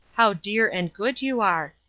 how dear and good you are!